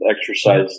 exercise